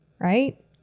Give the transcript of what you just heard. right